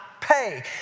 pay